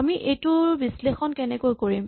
আমি এইটোৰ বিশ্লেষণ কেনেকৈ কৰিম